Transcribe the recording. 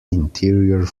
interior